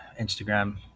Instagram